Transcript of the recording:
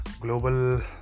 global